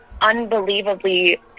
unbelievably